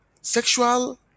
Sexual